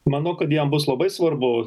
mano kad jam bus labai svarbu